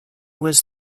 was